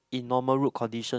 in normal road condition